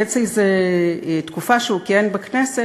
מקץ איזו תקופה שהוא כיהן בכנסת,